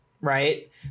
right